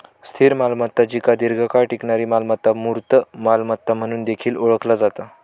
स्थिर मालमत्ता जिका दीर्घकाळ टिकणारी मालमत्ता, मूर्त मालमत्ता म्हणून देखील ओळखला जाता